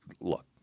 look